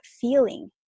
feeling